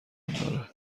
داره